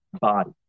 body